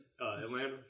Atlanta